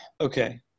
okay